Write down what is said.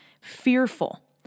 fearful